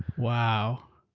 wow.